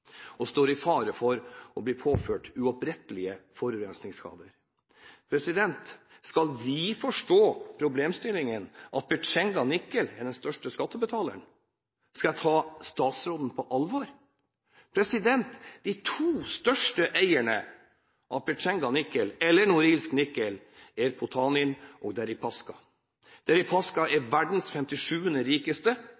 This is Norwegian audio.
kommunen står i fare for å bli påført uopprettelige forurensningsskader. Skal vi forstå problemstillingen ved at Petsjenganikel er den største skattebetaleren? Skal jeg ta statsråden på alvor? De to største eierne av Petsjenganikel, eller Norilsk Nickel, er Potanin og Deripaska. Deripaska er